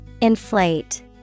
Inflate